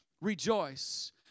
Rejoice